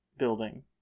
building